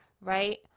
right